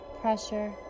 pressure